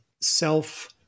self